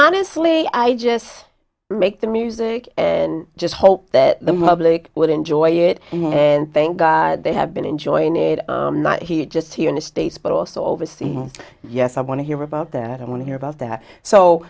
honestly i just make the music and just hope that the mumbly will enjoy it and thank god they have been enjoying it not here just here in the states but also overseas yes i want to hear about that i want to hear about that so